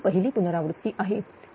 ही पहिली पुनरावृत्ती आहे